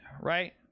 right